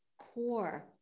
core